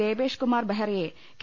ദേബേഷ് കുമാർ ബെഹ്റയെ കെ